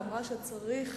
בתקציב.